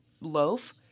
loaf